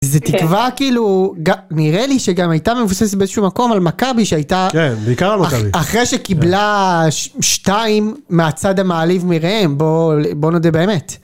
זה תקווה כאילו נראה לי שגם הייתה מבוססת באיזשהו מקום על מכבי, כן בעיקר על מכבי, שהייתה אחרי שקיבלה שתיים מהצד המעליב מראם בוא נודה באמת.